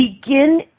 begin